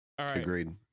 Agreed